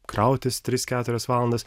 krautis tris keturias valandas